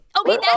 Okay